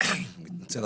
קודם כל,